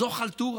זו חלטורה,